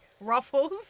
Ruffles